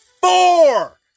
four